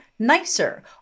nicer